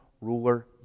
ruler